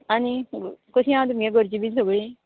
आनी कशी आहा तुमगे घरची बी सगळीं